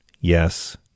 Yes